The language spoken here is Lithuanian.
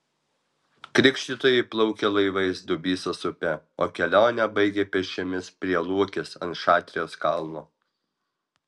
krikštytojai plaukė laivais dubysos upe o kelionę baigė pėsčiomis prie luokės ant šatrijos kalno